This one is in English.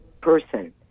person